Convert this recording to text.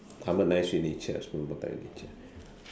harmonize with nature spend more time with nature